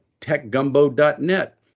techgumbo.net